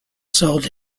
sold